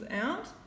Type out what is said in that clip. out